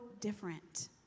different